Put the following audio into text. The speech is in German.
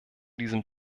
diesem